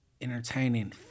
entertaining